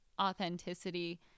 authenticity